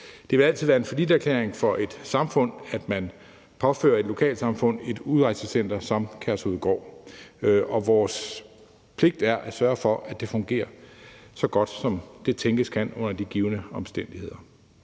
Det vil altid være en falliterklæring for et samfund, at man påfører et lokalsamfund et udrejsecenter som Kærshovedgård, og det er vores pligt at sørge for, at det fungerer så godt, som det tænkes kan, under de givne omstændigheder.